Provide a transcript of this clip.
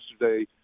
yesterday